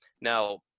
now